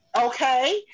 Okay